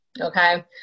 okay